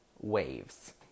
Waves